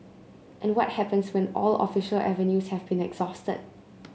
and what happens when all official avenues have been exhausted